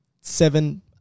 seven